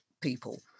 people